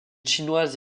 chinoise